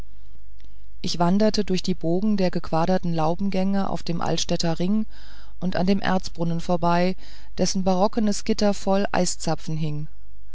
ich wanderte durch die bogen der gequaderten laubengänge auf dem altstädter ring und an dem erzbrunnen vorbei dessen barockes gitter voll eiszapfen hing